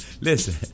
listen